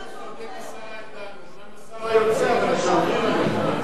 לפחות תפרגן לשר ארדן.